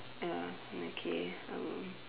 ya okay um